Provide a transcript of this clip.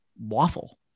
waffle